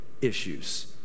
issues